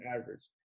average